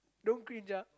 don't cringe ah